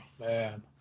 man